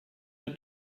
der